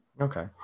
Okay